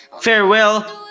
Farewell